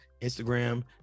Instagram